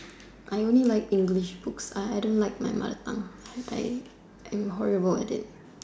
I only like English books I I don't like my mother tongue I I am horrible at it